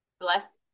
blessed